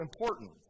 important